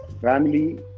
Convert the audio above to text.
family